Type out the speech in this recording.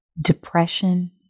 Depression